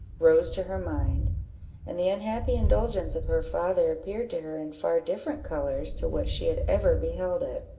rose to her mind and the unhappy indulgence of her father appeared to her in far different colours to what she had ever beheld it.